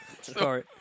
Sorry